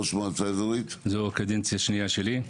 זו הקדנציה השנייה שלי.